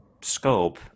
scope